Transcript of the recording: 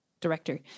director